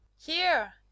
Here